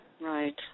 Right